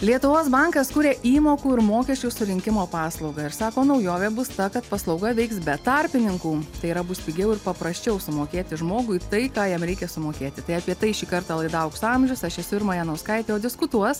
lietuvos bankas kuria įmokų ir mokesčių surinkimo paslaugą ir sako naujovė bus ta kad paslauga veiks be tarpininkų tai yra bus pigiau ir paprasčiau sumokėti žmogui tai ką jam reikia sumokėti tai apie tai šį kartą laida aukso amžius aš esu irma janauskaitė o diskutuos